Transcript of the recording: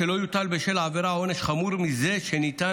שלא יוטל בשל העבירה עונש חמור מזה שניתן